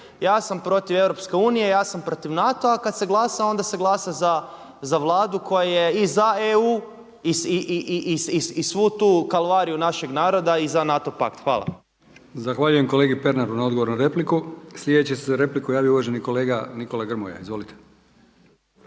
ja sam protiv EU, ja sam protiv NATO-a a kad se glasa onda se glasa za Vladu koja je i za EU, i svu tu kalvariju našeg naroda i za NATO pakt. Hvala. **Brkić, Milijan (HDZ)** Zahvaljujem kolegi Pernaru na odgovoru na repliku. Slijedeći se za repliku javio uvaženi kolega Nikola Grmoja. Izvolite.